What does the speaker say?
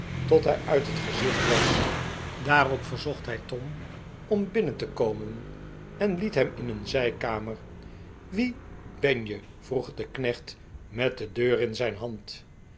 tot hij uit het gezicht was daarop verzocht hij tom om binnen te komen en het hem in een zijkamer wie ben je vroeg de knecht met de deur in zijn hand